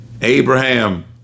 Abraham